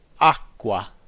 acqua